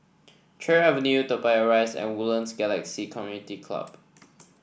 Cherry Avenue Toa Payoh Rise and Woodlands Galaxy Community Club